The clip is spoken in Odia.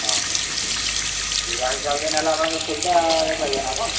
ହଁ ହଁ ବୁରା ହିସାବରେ ନେଲେ ଆପଣଙ୍କୁ ସୁବିଧାରେ ପାଇବେ ନା ଆପଣ